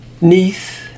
niece